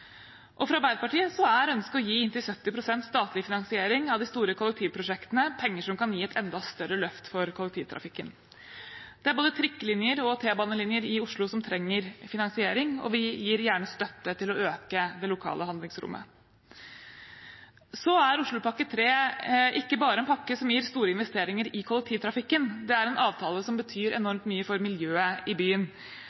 lenge. Fra Arbeiderpartiet er ønsket å gi inntil 70 pst. statlig finansiering av de store kollektivprosjektene, penger som kan gi et enda større løft for kollektivtrafikken. Det er både trikkelinjer og T-banelinjer i Oslo som trenger finansiering, og vi gir gjerne støtte til å øke det lokale handlingsrommet. Oslopakke 3 er en pakke som ikke bare gir store investeringer i kollektivtrafikken, det er en avtale som betyr